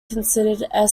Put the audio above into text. considered